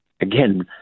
again